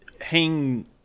hang